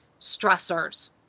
stressors